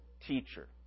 teacher